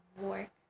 work